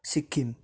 Sikkim